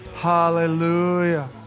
Hallelujah